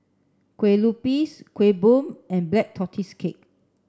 Kue Lupis Kueh Bom and Black Tortoise Cake